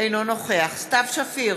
אינו נוכח סתיו שפיר,